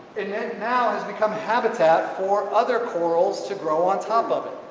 and yeah it now has become habitat for other corals to grow on top of it.